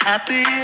Happy